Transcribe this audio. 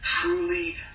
truly